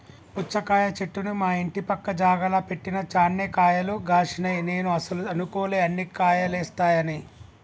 పుచ్చకాయ చెట్టును మా ఇంటి పక్క జాగల పెట్టిన చాన్నే కాయలు గాశినై నేను అస్సలు అనుకోలే అన్ని కాయలేస్తాయని